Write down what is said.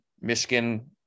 Michigan